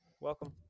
welcome